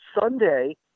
Sunday